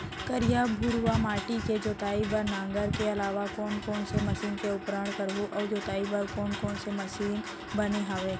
करिया, भुरवा माटी के जोताई बर नांगर के अलावा कोन कोन से मशीन के उपयोग करहुं अऊ जोताई बर कोन कोन से मशीन बने हावे?